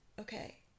okay